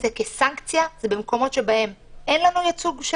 זה כסנקציה במקומות שבהם אין לנו ייצוג של